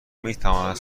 میتواند